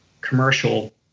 commercial